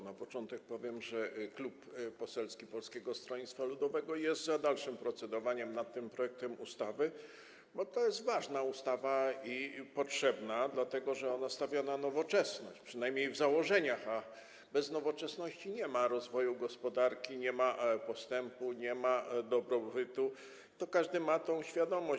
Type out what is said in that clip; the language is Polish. Na początek powiem, że klub poselski Polskiego Stronnictwa Ludowego jest za dalszym procedowaniem nad tym projektem ustawy, bo to jest ważna ustawa i potrzebna, dlatego że ona stawia na nowoczesność, przynajmniej w założeniach, a bez nowoczesności nie ma rozwoju gospodarki, nie ma postępu, nie ma dobrobytu, każdy ma tego świadomość.